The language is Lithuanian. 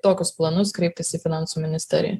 tokius planus kreiptis į finansų ministeriją